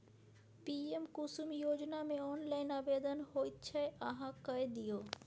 PM Kusum योजनामे online आवेदन होइत छै अहाँ कए दियौ